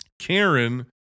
Karen